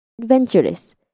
Adventurous